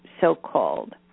so-called